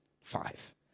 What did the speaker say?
five